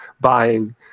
buying